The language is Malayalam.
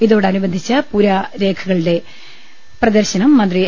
ഇതോടനുബന്ധിച്ച പുരാരേഖകളുടെ പ്രദർശനം മന്ത്രി എ